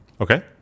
Okay